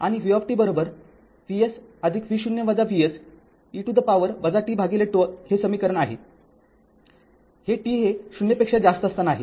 आणि v Vs e to the power tτ हे समीकरण आहे हे t हे ० पेक्षा जास्त असताना आहे